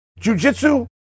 jujitsu